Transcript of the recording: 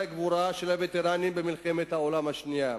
הגבורה של הווטרנים במלחמת העולם השנייה.